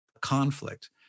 conflict